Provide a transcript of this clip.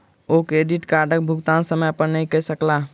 ओ credit कार्डक भुगतान समय पर नै कय सकला